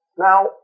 Now